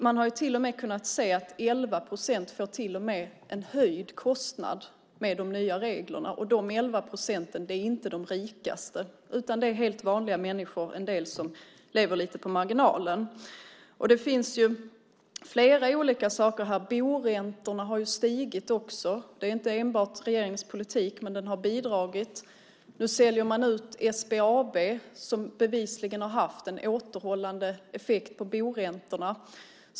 Man har kunnat se att 11 procent till och med får en höjd kostnad med de nya reglerna. De 11 procenten är inte de rikaste, utan det är helt vanliga människor. En del av dem lever lite på marginalen. Det finns flera olika saker här. Boräntorna har också stigit. Det beror inte enbart på regeringens politik, men den har bidragit. Nu säljer man ut SBAB som bevisligen har haft en återhållande effekt på boräntorna.